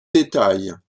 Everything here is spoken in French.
détails